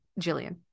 Jillian